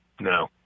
No